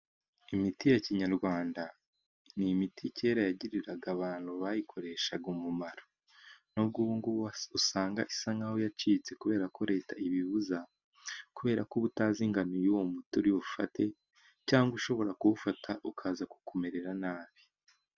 Imiti ya kinyarwanda ni imiti kera yagiriraga abantu bayikoreshaga umumaro, nubwubunubu usanga isa nkahoho yacitse kubera ko Leta ibibuza, kubera ko uba utazi ingano y'uwo muti uribufate, cyangwa ushobora kuwufata ukaza kukumerera nabi.